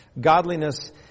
Godliness